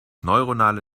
neuronale